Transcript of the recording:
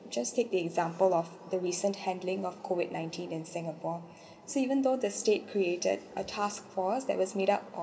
just take the example of the recent handling of COVID-nineteen in singapore so even though the state created a task force that was made up of